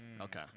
okay